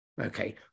okay